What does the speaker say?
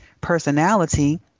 personality